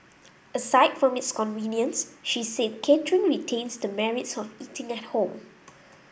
aside from its convenience she said catering retains the merits of eating at home